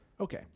Okay